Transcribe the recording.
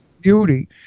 beauty